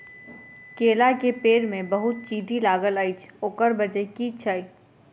केला केँ पेड़ मे बहुत चींटी लागल अछि, ओकर बजय की छै?